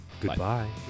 Goodbye